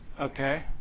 okay